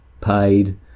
paid